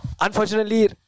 Unfortunately